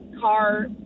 car